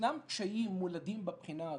ישנם קשיים מולדים בבחינה הזאת,